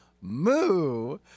moo